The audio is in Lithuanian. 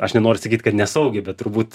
aš nenoriu sakyt kad nesaugiai bet turbūt